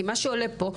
מה שעולה פה,